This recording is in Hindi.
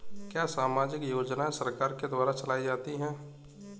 क्या सामाजिक योजनाएँ सरकार के द्वारा चलाई जाती हैं?